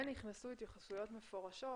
ונכנסנו התייחסויות מפורשות.